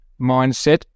mindset